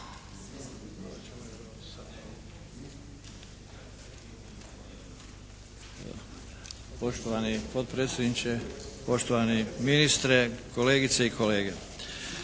Poštovani potpredsjedniče, poštovani ministre, kolegice i kolege.